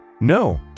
no